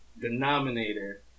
denominator